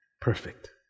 perfect